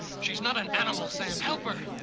she's not an animal, sam. help her.